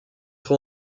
trop